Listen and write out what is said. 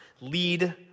Lead